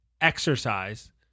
exercise